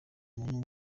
umuntu